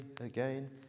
again